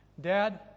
Dad